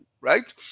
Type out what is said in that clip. right